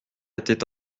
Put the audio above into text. était